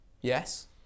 Yes